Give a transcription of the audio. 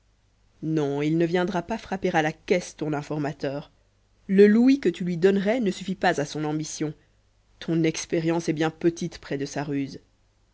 non il ne viendra pas frapper à la caisse ton informateur le louis que tu lui donnerais ne suffit pas à son ambition ton expérience est bien petite près de sa ruse